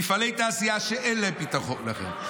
מפעלי תעשייה שאין להם פתרון אחר,